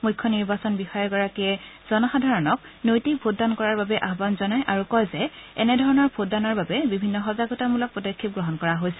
মুখ্য নিৰ্বাচন বিষয়াগৰাকীয়ে জনসাধাৰণক নৈতিক ভোটদান কৰাৰ বাবে আহান জনাই আৰু কয় যে এনেধৰণৰ ভোটদানৰ বাবে বিভিন্ন সজাগতামূলক পদক্ষেপ গ্ৰহণ কৰা হৈছে